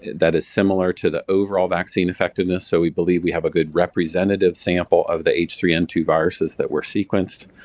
that is similar to the overall vaccine effectiveness, so believe we have a good representative sample of the h three n two viruses that were sequenced.